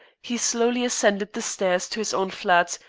he slowly ascended the stairs to his own flat,